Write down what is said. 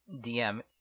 DM